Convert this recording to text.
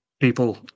people